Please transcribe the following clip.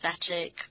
aesthetic